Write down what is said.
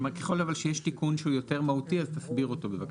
כלומר ככל שיש תיקון שהוא יותר מהותי אז תסביר אותו בבקשה.